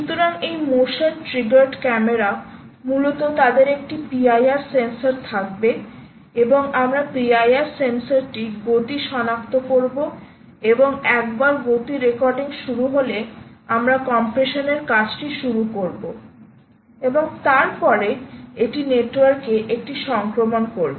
সুতরাং এই motion triggered camera মূলত তাদের একটি PIR সেন্সর থাকবে এবং আমরা PIR সেন্সরটি গতি সনাক্ত করব এবং একবার গতি রেকর্ডিং শুরু হলে আমরা কম্প্রেশন এর কাজটি শুরু করব এবং তারপরে এটি নেটওয়ার্কে একটি সংক্রমণ করবে